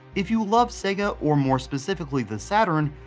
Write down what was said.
if you love sega or more specifically the saturn,